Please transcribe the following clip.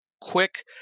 quick